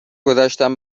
گذشتم